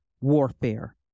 warfare